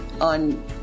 On